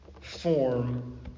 form